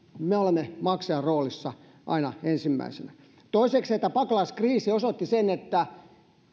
me olemme maksajan roolissa aina ensimmäisenä toisekseen pakolaiskriisi osoitti sen että